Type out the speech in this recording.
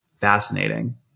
Fascinating